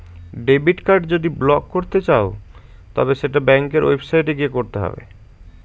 debit card যদি block করতে চাও তবে সেটা ব্যাঙ্কের ওয়েবসাইটে গিয়ে করতে হবে